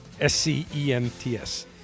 S-C-E-N-T-S